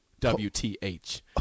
W-T-H